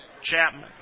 Chapman